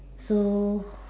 so